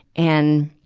and,